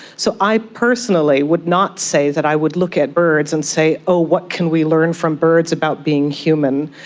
so i personally would not say that i would look at birds and say, oh, what can we learn from birds about being human.